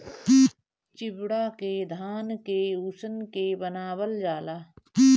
चिवड़ा के धान के उसिन के बनावल जाला